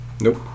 Nope